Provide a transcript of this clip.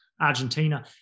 Argentina